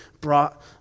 brought